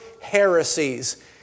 heresies